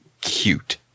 cute